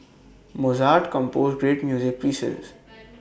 Mozart composed great music pieces